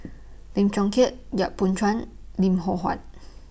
Lim Chong Keat Yap Boon Chuan Lim Loh Huat